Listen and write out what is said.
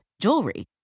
jewelry